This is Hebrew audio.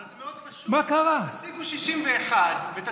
אז מאוד פשוט: תשיגו 61 ותצליחו.